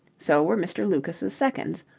so were mr. lucas's seconds,